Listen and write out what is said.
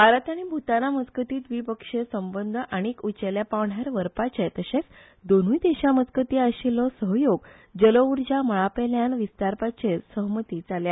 भारत आनी भूताना मजगती व्दिपक्षीय संबंध आनीक उचेल्या पांवड़यार व्हरपाचे तर्शेच दोनूय देशा मजगती आशिल्लो सहयोग जल उर्जा मळा पेल्यान क्स्तारपाचेर सहमती जाल्या